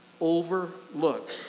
Overlook